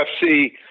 UFC